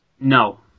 No